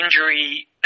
injury